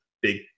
big